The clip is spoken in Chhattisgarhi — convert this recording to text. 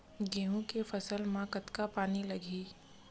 गेहूं के फसल म कतका पानी लगही?